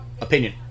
opinion